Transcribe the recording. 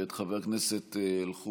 ואת חבר הכנסת אלחרומי,